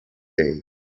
day